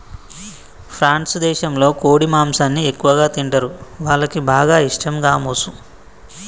France దేశంలో కోడి మాంసాన్ని ఎక్కువగా తింటరు, వాళ్లకి బాగా ఇష్టం గామోసు